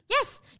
Yes